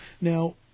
now